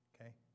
Okay